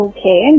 Okay